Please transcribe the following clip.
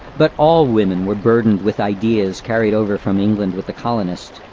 but all women were burdened with ideas carried over from england with the colonists,